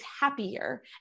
happier